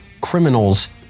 criminals